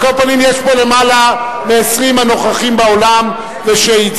על כל פנים, יש פה יותר מ-20 שנוכחים באולם וחתמו.